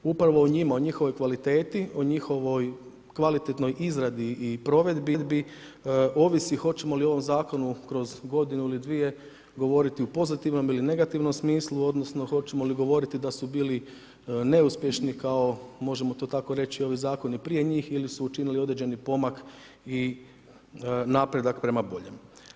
Upravo o njima, o njihovoj kvaliteti, o njihovoj kvalitetnoj izradi i provedbi ovisi hoćemo li ovom Zakonu kroz godinu ili dvije govoriti u pozitivnom ili negativnom smislu, odnosno hoćemo li govoriti da su bili neuspješni kao, možemo to tako reći, ovi zakoni prije njih ili su učinili određeni pomak i napredak prema boljemu.